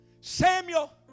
Samuel